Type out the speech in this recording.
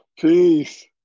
Peace